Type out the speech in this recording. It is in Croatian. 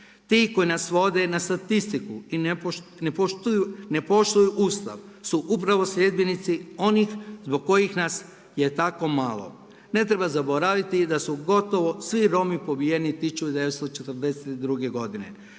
Ti koji nas svode na statistiku i ne poštuju Ustav su upravo sljedbenici onih zbog kojih nas je tako malo. Ne treba zaboraviti da su gotovo svi Romi pobijeni 1942. godine.